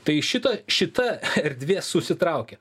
tai šita šita erdvė susitraukė